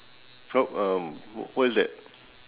so um what is that